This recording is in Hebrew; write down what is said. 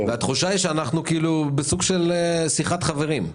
התחושה היא שאנחנו בסוג של שיחת חברים,